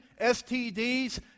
STDs